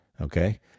okay